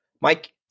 Mike